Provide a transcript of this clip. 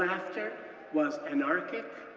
laughter was anarchic